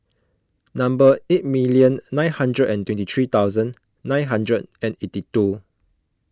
number eight million nine hundred and twenty three thousand nine hundred and eighty two